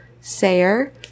Sayer